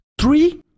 Three